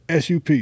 SUP